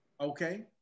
Okay